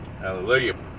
Hallelujah